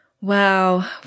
Wow